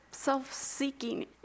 self-seeking